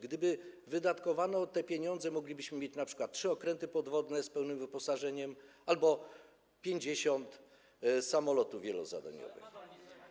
Gdyby wydatkowano te pieniądze, moglibyśmy mieć np. trzy okręty podwodne z pełnym wyposażeniem albo 50 samolotów wielozadaniowych.